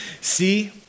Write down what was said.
See